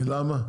למה?